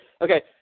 okay